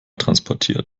transportiert